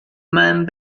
man